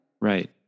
right